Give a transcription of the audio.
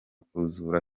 kuzura